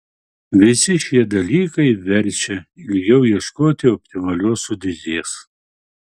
visi šie dalykai verčia ilgiau ieškoti optimalios sudėties